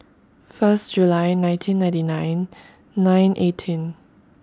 First July nineteen ninety nine nine eighteen